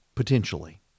Potentially